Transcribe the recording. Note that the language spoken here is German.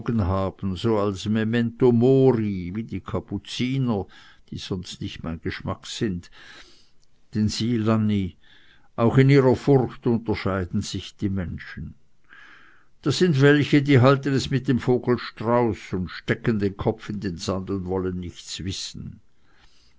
haben so als memento mori wie die kapuziner die sonst nicht mein geschmack sind denn sieh lanni auch in ihrer furcht unterscheiden sich die menschen da sind welche die halten es mit dem vogel strauß und stecken den kopf in den sand und wollen nichts wissen